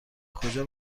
کجا